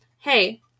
Hey